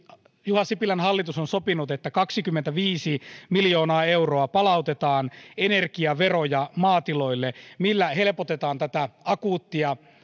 juha sipilän hallitus on sopinut että kaksikymmentäviisi miljoonaa euroa palautetaan energiaveroja maatiloille millä helpotetaan tätä akuuttia